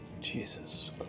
jesus